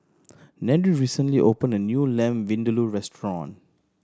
Nery recently opened a new Lamb Vindaloo restaurant